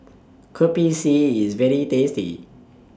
Kopi C IS very tasty